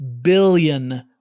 billion